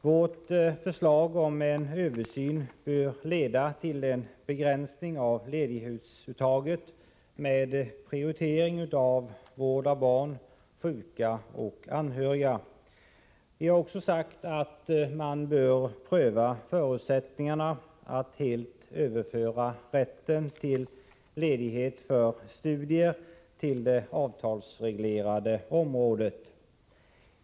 Vårt förslag om en översyn bör leda till en begränsning av ledighetsuttaget med prioritering av vård av barn, sjuka och anhöriga. Vi har också sagt att man bör pröva förutsättningarna att helt överföra rätten till ledighet för studier till det avtalsreglerade området.